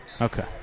Okay